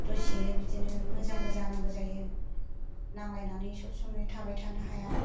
दसेनो बिदिनो मोजांबो जानांगौ जायो नांलायनानै सबसमाइ थाबायथानो हाया